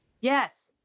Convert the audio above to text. Yes